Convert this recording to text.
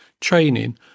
training